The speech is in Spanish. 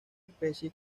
especie